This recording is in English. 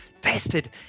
tested